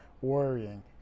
worrying